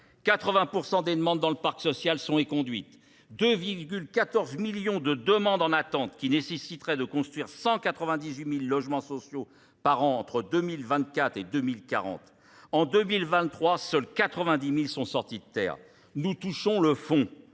80% des demandes dans le parc social sont éconduites. 2,14 millions de demandes en attente qui nécessiteraient de construire 198 000 logements sociaux par an entre 2024 et 2040. En 2023, seuls 90 000 sont sortis de terre. Nous touchons le fond.